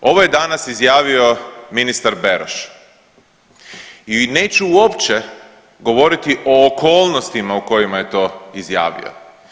Ovo je danas izjavio ministar Beroš i neću uopće govoriti o okolnostima u kojima je to izjavio.